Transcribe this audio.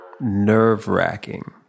Nerve-wracking